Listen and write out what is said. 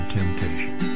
temptation